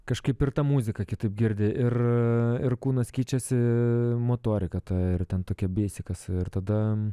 kažkaip ir ta muzika kitaip girdi ir ir kūnas keičiasi motorika ta ir ten tokia beisikas ir tada